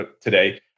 today